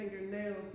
fingernails